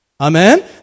Amen